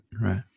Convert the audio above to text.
Right